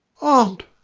aunt!